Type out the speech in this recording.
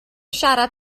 siarad